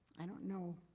i don't know.